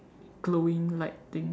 glowing light thing